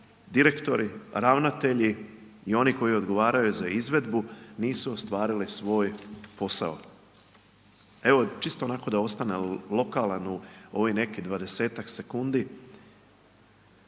direktori, ravnatelji i oni koji odgovaraju za izvedbu nisu ostvarili svoj posao. Evo, čisto onako da ostanem lokalan u ovih nekih 20-tak sekundi,